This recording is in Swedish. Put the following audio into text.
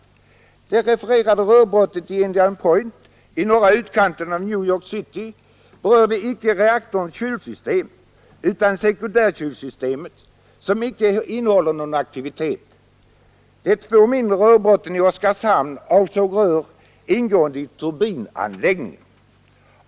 Det refererade rörbrottet i Indian Point i norra utkanten av New York City berörde icke reaktorns kylsystem utan sekundärkylsystemet, som inte innehåller någon aktivitet. De två mindre rörbrotten i Oskarshamn avsåg rör ingående i turbinanläggningen.